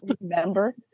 remember